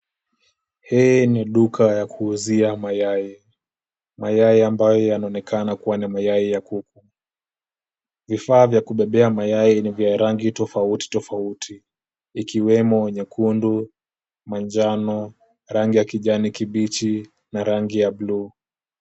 Hii ni duka ya kuuzia mayai, mayai ambayo yanaonekana kuwa ni mayai ya kuku. Vifaa vya kubebea mayai ni vya rangi tofauti tofauti ikiwemo nyekundu, manjano, rangi ya kijani kibichi na rangi ya blue .